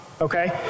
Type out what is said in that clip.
Okay